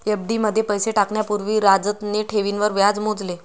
FD मध्ये पैसे टाकण्या पूर्वी राजतने ठेवींवर व्याज मोजले